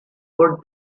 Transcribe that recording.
put